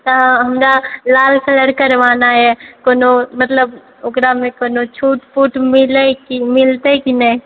तऽ हमरा लाल कलर करवाना यऽ कोनो मतलब ओकरामे कोनो छूट पूट मिलै मिलतै की नहि